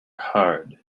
hard